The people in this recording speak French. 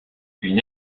une